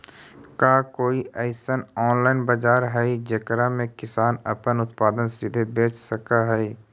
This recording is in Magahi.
का कोई अइसन ऑनलाइन बाजार हई जेकरा में किसान अपन उत्पादन सीधे बेच सक हई?